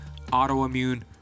autoimmune